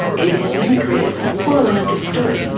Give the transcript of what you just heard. avian mimicry is poorly understood.